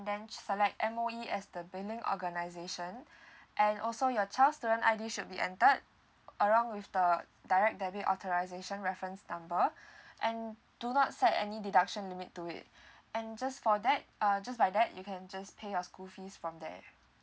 then select M_O_E as the billing organisation and also your child student I_D should be entered around with the direct debit authorisation reference number and do not set any deduction limit to it and just for that uh just like that you can just pay your school fees from there